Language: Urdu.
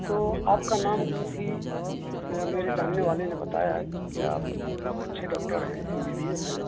تو آپ کا نام کسی میرے جاننے والے نے بتایا ہے کہ آپ اچھے ڈاکٹر ہیں ایم بی بی ایس ہیں